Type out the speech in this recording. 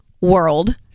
world